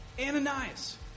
Ananias